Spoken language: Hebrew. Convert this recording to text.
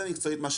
זה מקצועית.